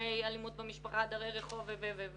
לגבי אלימות במשפחה, דרי רחוב ועוד?